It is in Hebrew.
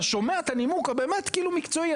אתה שומע את הנימוק הבאמת מקצועי.